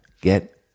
Get